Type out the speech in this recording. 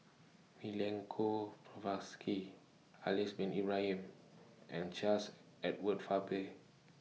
Milenko Prvacki Haslir Bin Ibrahim and Charles Edward Faber